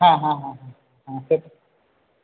হ্যাঁ হ্যাঁ হ্যাঁ হ্যাঁ